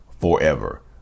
forever